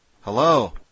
Hello